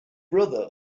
brother